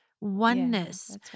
oneness